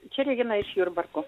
čia regina iš jurbarko